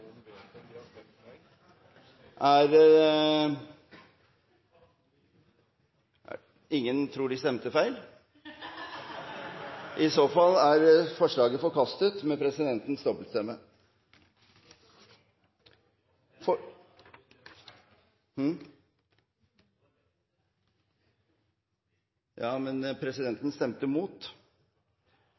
imot. Ingen tror de stemte feil? I så fall er forslaget forkastet med presidentens dobbeltstemme. Det står vedtatt. Ja, men presidenten stemte